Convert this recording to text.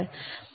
मग काय होईल